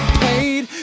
paid